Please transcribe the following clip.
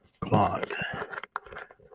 clock